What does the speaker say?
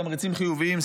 תמריצים חיוביים,